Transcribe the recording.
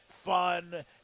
Fun